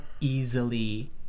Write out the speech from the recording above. easily